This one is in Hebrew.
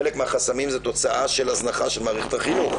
שחלק מהחסמים הם תוצאה של הזנחה של מערכת החינוך